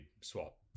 swap